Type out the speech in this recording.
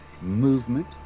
movement